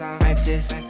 breakfast